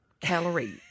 calorie